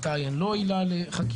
מתי הן לא עילה לחקירה.